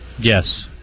Yes